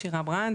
שירה ברנד,